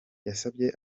yasabye